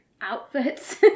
outfits